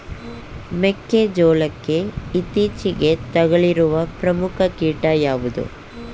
ಮೆಕ್ಕೆ ಜೋಳಕ್ಕೆ ಇತ್ತೀಚೆಗೆ ತಗುಲಿರುವ ಪ್ರಮುಖ ಕೀಟ ಯಾವುದು?